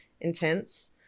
intense